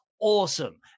awesome